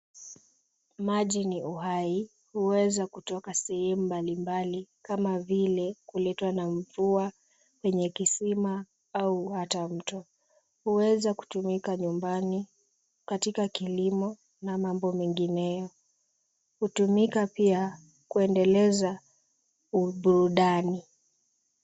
Maji ni uhai, huweza kutoka sehemu mbalimbali kama vile, kuletwa na mvua kwenye kisima au hata mto. Huweza kutumika nyumbani, katika kilimo na mambo mengineyo. Hutumika pia kuendeleza burudani.